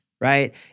right